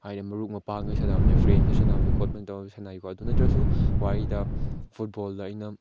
ꯍꯥꯏꯗꯤ ꯃꯔꯨꯞ ꯃꯄꯥꯡꯒ ꯁꯥꯟꯅꯕꯅꯤ ꯐ꯭ꯔꯦꯟꯒ ꯁꯥꯟꯅꯕꯅꯤ ꯈꯣꯠꯄꯅꯤ ꯇꯧꯔ ꯁꯥꯟꯅꯩꯀꯣ ꯑꯗꯨ ꯅꯠꯇ꯭ꯔꯁꯨ ꯋꯥꯔꯤꯗ ꯐꯨꯠꯕꯣꯜꯗ ꯑꯩꯅ